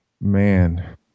man